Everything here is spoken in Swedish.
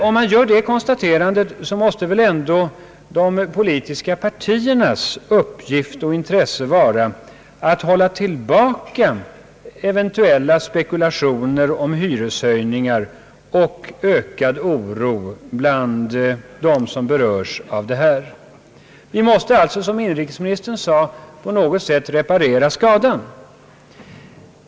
Om man gör det konstaterandet måste ändå de politiska partiernas uppgift och intressen nu vara att hålla tillbaka eventuella spekulationer om hyreshöjningar, dämpa oron bland dem som berörs. Vi måste alltså, som inrikesministern sade, på något sätt reparera skadan.